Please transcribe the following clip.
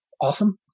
awesome